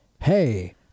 hey